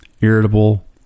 irritable